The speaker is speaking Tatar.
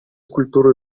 культура